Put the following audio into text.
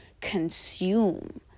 consume